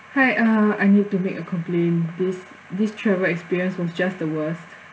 hi uh I need to make a complaint this this travel experience was just the worst